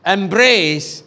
Embrace